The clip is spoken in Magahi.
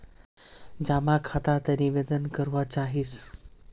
जमा खाता त निवेदन करवा चाहीस?